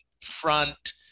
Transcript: front